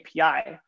API